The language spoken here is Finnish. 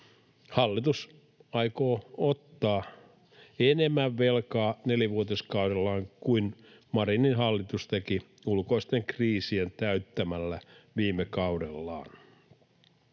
Hallitus aikoo ottaa enemmän velkaa nelivuotiskaudellaan kuin Marinin hallitus teki ulkoisten kriisien täyttämällä viime kaudellaan.